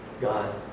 God